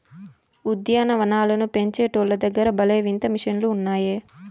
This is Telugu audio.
ఉద్యాన వనాలను పెంచేటోల్ల దగ్గర భలే వింత మిషన్లు ఉన్నాయే